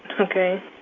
Okay